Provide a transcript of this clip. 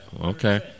Okay